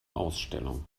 ausstellung